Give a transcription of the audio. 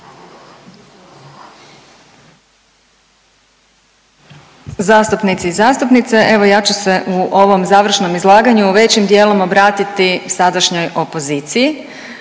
Zastupnici i zastupnice. Evo ja ću se u ovom završnom izlaganju većim dijelom obratiti sadašnjoj opoziciji